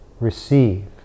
Receive